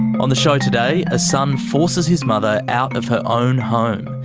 on the show today, a son forces his mother out of her own home.